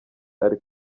ari